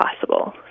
possible